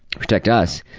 to protect us.